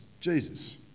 Jesus